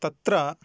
तत्र